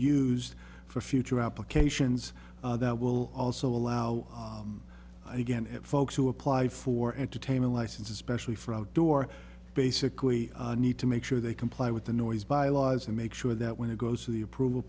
used for future applications that will also allow again at folks who apply for entertainment license especially for outdoor basically need to make sure they comply with the noise bylaws and make sure that when it goes through the approval